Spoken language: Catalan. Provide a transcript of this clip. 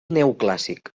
neoclàssic